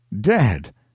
Dead